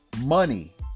money